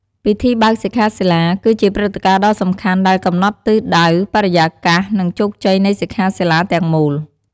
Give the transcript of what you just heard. ពិធីបើកសិក្ខាសាលា គឺជាព្រឹត្តិការណ៍ដ៏សំខាន់ដែលកំណត់ទិសដៅ បរិយាកាស និងជោគជ័យនៃសិក្ខាសាលាទាំងមូល។